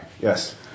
Yes